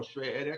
או שווי ערך,